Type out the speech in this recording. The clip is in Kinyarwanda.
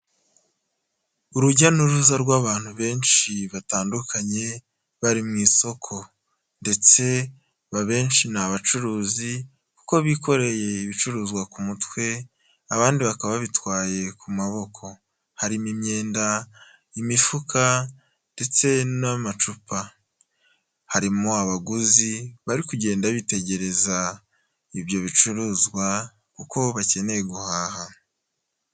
Urujya n'uruza rw'abantu benshi batandukanye bari mu isoko ndetse abenshi ni abacuruzi kuko bikoreye ibicuruzwa ku mutwe abandi bakaba babitwaye ku maboko, harimo: imyenda, imifuka ndetse n'amacupa, harimo abaguzi bari kugenda bitegereza ibyo bicuruzwa kuko bakeneye guhaha.